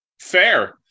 Fair